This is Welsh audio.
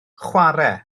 chwarae